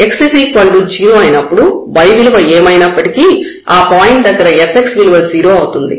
x 0 అయినప్పుడు y విలువ ఏమైనప్పటికీ ఆ పాయింట్ దగ్గర fx విలువ 0 అవుతుంది